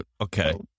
okay